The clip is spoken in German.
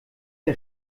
der